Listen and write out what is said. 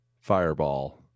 Fireball